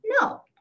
No